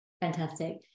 fantastic